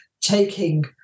taking